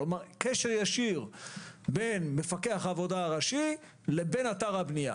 כלומר בקשר ישיר בין מפקח העבודה הראשי לבין אתר הבנייה.